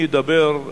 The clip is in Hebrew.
אני אדבר,